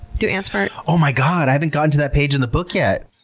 do ants fart? oh my god, i haven't gotten to that page in the book yet!